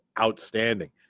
outstanding